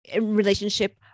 relationship